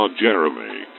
Jeremy